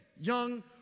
young